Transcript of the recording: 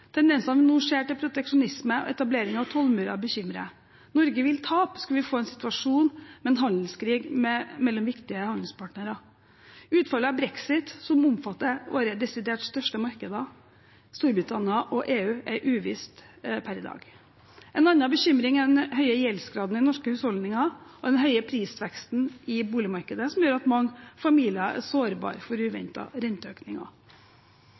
Tendensene vi nå ser, til proteksjonisme og etablering av tollmurer, bekymrer. Norge vil tape, skulle vi få en situasjon med handelskrig mellom viktige handelspartnere. Utfallet av brexit, som omfatter våre desidert største markeder, Storbritannia og EU, er uvisst per i dag. En annen bekymring er den høye gjeldsgraden i norske husholdninger og den høye prisveksten i boligmarkedet, som gjør at mange familier er sårbare for uventede renteøkninger.